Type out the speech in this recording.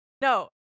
No